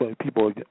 people